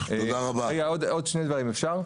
עוד שני דברים, אפשר?